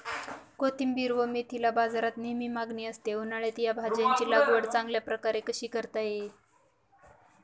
कोथिंबिर व मेथीला बाजारात नेहमी मागणी असते, उन्हाळ्यात या भाज्यांची लागवड चांगल्या प्रकारे कशी करता येईल?